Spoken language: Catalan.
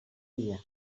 dia